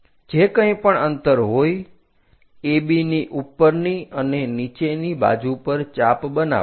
જે કંઈ પણ અંતર હોય AB ની ઉપરની અને નીચેની બાજુ પર ચાપ બનાવો